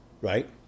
right